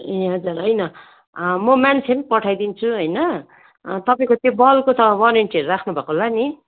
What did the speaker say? ए हजुर होइन म मान्छे पनि पठाइदिन्छु होइन तपाईँको त्यो बल्बको त वारेन्टीहरू राख्नु भएको होला नि